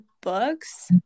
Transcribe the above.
books